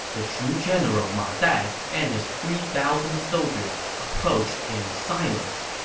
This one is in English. the shu general ma dai and his three thousand soldiers approached in silence.